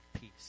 peace